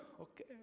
Okay